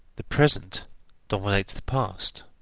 the present dominates the past.